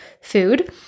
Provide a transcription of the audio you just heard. food